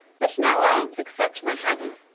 but no arms, except my hanger